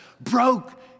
broke